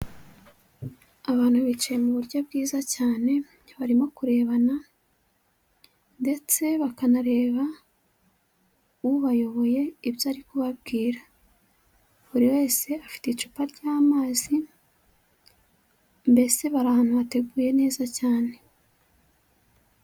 Abantu bicaye mu buryo bwiza cyane, barimo kurebana ndetse bakanareba ubayoboye ibyo ari kubabwira, buri wese afite icupa ry'amazi, mbese bari ahantu hateguye neza cyane.